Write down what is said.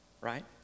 right